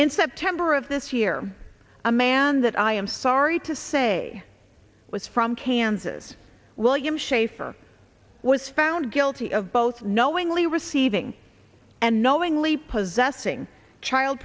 in september of this year a man that i am sorry to say was from kansas william schaefer was found guilty of both knowingly receiving and knowingly possessing child